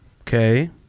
Okay